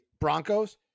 Broncos